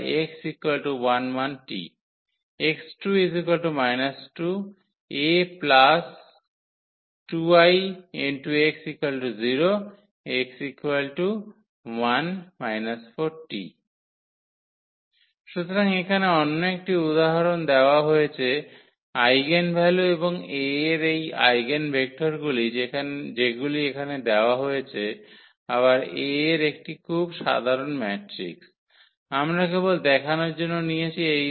তাহলে 𝑥 1 1𝑇 𝜆2 −2 𝐴 2𝐼𝑥 0 𝑥 1 − 4𝑇 সুতরাং এখানে অন্য একটি উদাহরণ দেওয়া হয়েছে আইগেনভ্যালু এবং A এর এই আইগেনেভেক্টরগুলি যেগুলি এখানে দেওয়া হয়েছে আবার A একটি খুব সাধারণ ম্যাট্রিক্স আমরা কেবল দেখানোর জন্য নিয়েছি